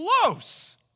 close